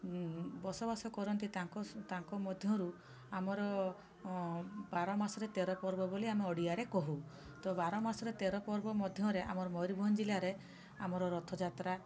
ବସବାସ କରନ୍ତି ତାଙ୍କ ତାଙ୍କ ମଧ୍ୟରୁ ଆମର ବାରମାସରେ ତେରପର୍ବ ବୋଲି ଆମେ ଓଡ଼ିଆରେ କହୁ ତ ବାରମାସରେ ତେରପର୍ବ ମଧ୍ୟରେ ଆମର ମୟୂରଭଞ୍ଜ ଜିଲ୍ଲାରେ ଆମର ରଥଯାତ୍ରା